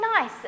nice